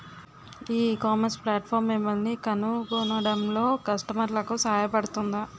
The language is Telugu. ఈ ఇకామర్స్ ప్లాట్ఫారమ్ మిమ్మల్ని కనుగొనడంలో కస్టమర్లకు సహాయపడుతుందా?